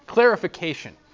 Clarification